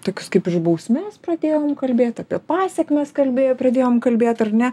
tokius kaip iš bausmes pradėjom kalbėt apie pasekmes kalbė pradėjom kalbėt ar ne